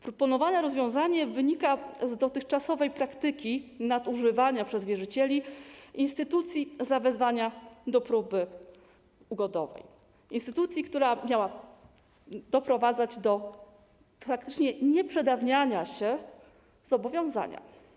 Proponowane rozwiązanie wynika z dotychczasowej praktyki nadużywania przez wierzycieli instytucji zawezwania do próby ugodowej, instytucji, która praktycznie miała doprowadzać do nieprzedawniania się zobowiązania.